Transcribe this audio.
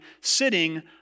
sitting